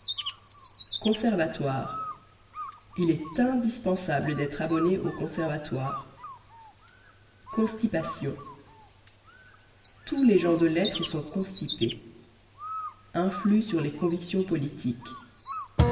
conservatoire il est indispensable d'être abonné au conservatoire constipation tous les gens de lettres sont constipés influe sur les convictions politiques